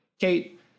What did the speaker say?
Kate